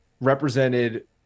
represented